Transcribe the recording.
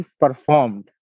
performed